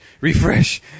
refresh